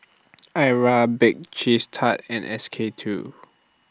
Arai Bake Cheese Tart and S K two